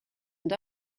and